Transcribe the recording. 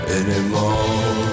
anymore